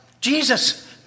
Jesus